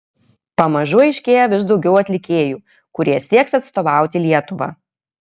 pamažu aiškėja vis daugiau atlikėjų kurie sieks atstovauti lietuvą